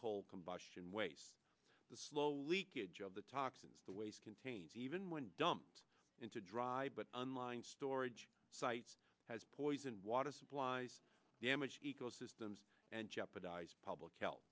coal combustion waste the low leakage of the toxins the waste contains even when dumped into dry but unlined storage sites has poisoned water supplies damage ecosystems and jeopardize public health